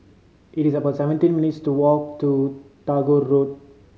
it is about seventeen minutes' walk to Tagore Road